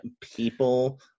People